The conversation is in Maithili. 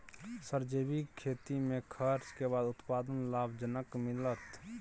सर जैविक खेती में खर्च के बाद उत्पादन लाभ जनक मिलत?